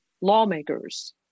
lawmakers